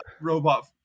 robot